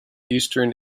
eastern